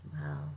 Wow